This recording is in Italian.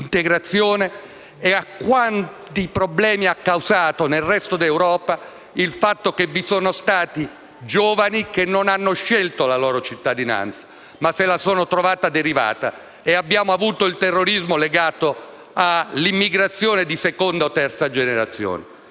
e a quanti problemi abbia causato nel resto d'Europa il fatto che vi sono stati giovani che non hanno scelto la loro cittadinanza ma se la sono trovata derivata, e abbiamo avuto il terrorismo legato all'immigrazione di seconda o terza generazione?